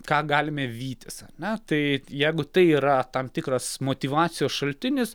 ką galime vytis ar ne tai jeigu tai yra tam tikras motyvacijos šaltinis